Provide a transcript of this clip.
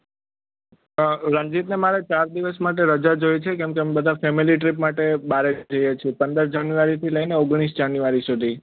રણજીતને મારે ચાર દિવસ માટે રજા જોઈએ છે કેમકે બધા ફેમિલી ટ્રીપ માટે બાર જઈએ છે પંદર જાન્યુઆરી લઈને ઓગણીસ જાન્યુઆરી સુધી